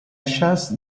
chasse